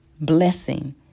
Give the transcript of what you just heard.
blessing